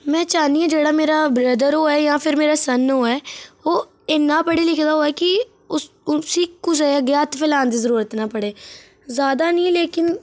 में चाहन्नी आं जेह्ड़ा मेरा ब्रदर होऐ जां फिर मेरा सन होऐ ओह् इन्ना पढ़े लिखे दा होऐ कि उसी कुसै दे अग्गै हत्थ फलान दी जरूरत नी पड़े ज्यादा नी लेकिन